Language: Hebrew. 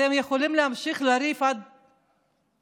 אתם יכולים להמשיך לריב עד אין-סוף,